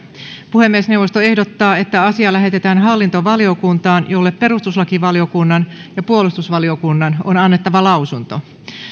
puhemiesneuvosto ehdottaa että asia lähetetään hallintovaliokuntaan jolle perustuslakivaliokunnan ja puolustusvaliokunnan on annettava lausunto